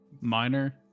Minor